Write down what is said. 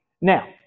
Now